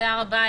תודה רבה,